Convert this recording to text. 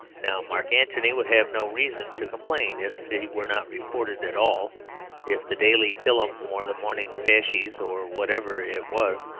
now mark antony would have no reason to complain if he were not reported at all if the daily pilum or the morning fasces, or whatever it was,